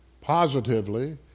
Positively